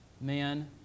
man